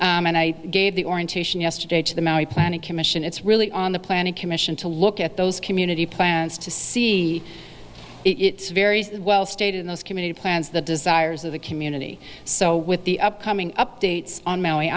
and i gave the orientation yesterday to the maui planning commission it's really on the planning commission to look at those community plans to see it's very well stated in those committee plans the desires of the community so with the upcoming updates on m